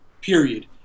Period